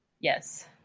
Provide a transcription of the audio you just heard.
yes